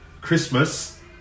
Christmas